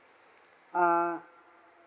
uh